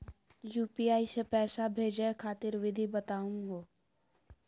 UPI स पैसा भेजै खातिर विधि बताहु हो?